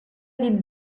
dit